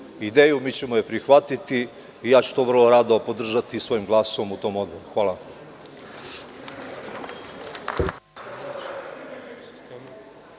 ideju, a mi ćemo je prihvatiti i ja ću to vrlo rado podržati svojim glasom u tom odboru. Hvala.